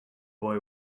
boy